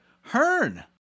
Hearn